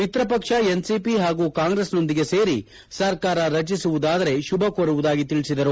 ಮಿತ್ರ ಪಕ್ಷ ಎನ್ಸಿಟಿ ಹಾಗೂ ಕಾಂಗ್ರೆಸ್ನೊಂದಿಗೆ ಸೇರಿ ಸರ್ಕಾರ ರಚಿಸುವುದಾದರೆ ಶುಭ ಕೋರುವುದಾಗಿ ತಿಳಿಸಿದರು